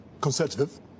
conservative